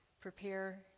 prepare